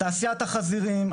בתעשיית החזירים,